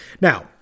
Now